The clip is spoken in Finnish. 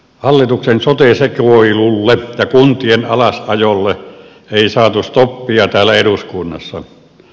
hallituksen sote sekoilulle ja kuntien alasajolle ei saatu stoppia täällä eduskunnassa